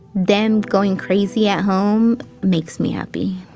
them going crazy at home makes me happy.